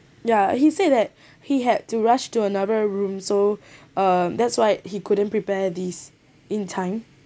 ya he said that he had to rush to another room so um that's why he couldn't prepare these in time